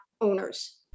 owners